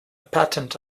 patent